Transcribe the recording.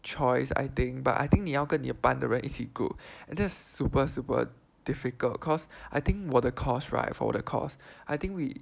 choice I think but I think 你要跟你的班的人一起 group and that's super super difficult cause I think 我的 course right for 我的 course I think we